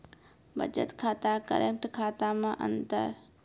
बचत खाता करेंट खाता मे अंतर?